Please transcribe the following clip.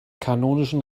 kanonischen